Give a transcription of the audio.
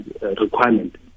requirement